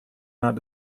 not